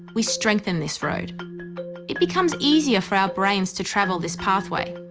we strengthen this road it becomes easier for our brains to travel this pathway